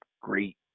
great